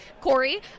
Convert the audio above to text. Corey